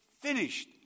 finished